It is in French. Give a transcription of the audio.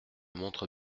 montre